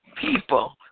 people